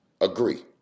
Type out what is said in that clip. agree